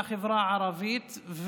לחברה הערבית.